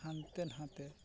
ᱦᱟᱱᱛᱮᱼᱱᱷᱟᱛᱮ